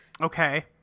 Okay